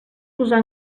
posar